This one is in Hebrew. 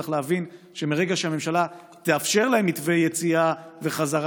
צריך להבין שמרגע שהממשלה תאפשר להם מתווה יציאה וחזרה